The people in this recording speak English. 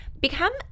become